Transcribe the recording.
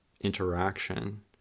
interaction